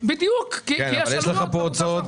בדיוק כי יש עלויות.